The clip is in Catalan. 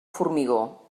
formigó